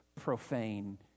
profane